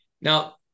Now